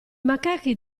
macachi